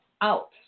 out